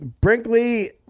Brinkley